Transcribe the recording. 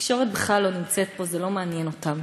והתקשורת בכלל לא נמצאת פה, זה לא מעניין אותם.